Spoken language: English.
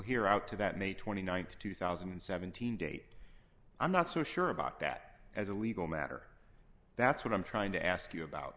here out to that may th two thousand and seventeen date i'm not so sure about that as a legal matter that's what i'm trying to ask you about